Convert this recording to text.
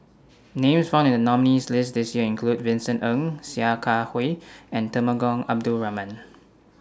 Names found in The nominees' list This Year include Vincent Ng Sia Kah Hui and Temenggong Abdul Rahman